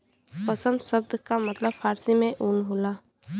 पसम सब्द का मतलब फारसी में ऊन होला